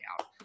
out